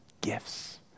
gifts